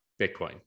Bitcoin